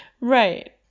Right